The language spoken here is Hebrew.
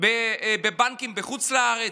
בבנקים בחוץ לארץ,